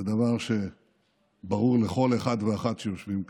זה דבר שברור לכל אחד ואחת שיושבים כאן.